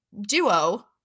duo